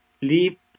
sleep